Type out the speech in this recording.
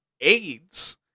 AIDS